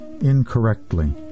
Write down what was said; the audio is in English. incorrectly